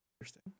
interesting